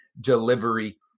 delivery